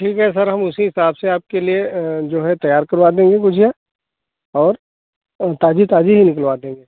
ठीक है सर हम उसी हिसाब से आपके लिए जो है तैयार करवा देंगे गुजिया और ताजी ताजी ही निकलवा देंगे